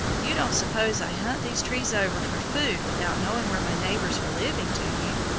you don't suppose i hunt these trees over for food without knowing where my neighbors are living, do you?